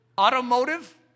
automotive